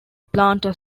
planter